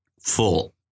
full